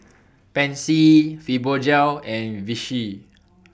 Pansy Fibogel and Vichy